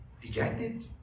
dejected